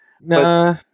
No